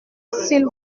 s’il